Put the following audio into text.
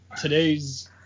today's